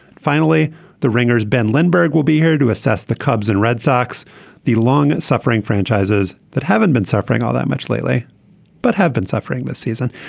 finally the ringers ben lindbergh will be here to assess the cubs and red sox the long suffering franchises that haven't been suffering all that much lately but have been suffering this season.